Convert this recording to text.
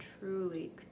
truly